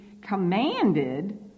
commanded